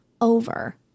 over